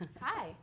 Hi